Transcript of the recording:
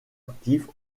actifs